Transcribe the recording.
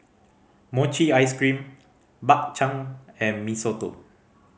mochi ice cream Bak Chang and Mee Soto